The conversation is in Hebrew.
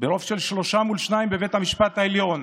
ברוב של שלושה מול שניים בבית המשפט העליון,